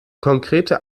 konkrete